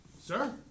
Sir